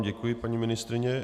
Děkuji vám, paní ministryně.